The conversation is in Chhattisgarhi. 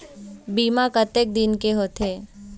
बीमा कतक दिन के होते?